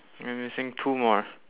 we're missing two more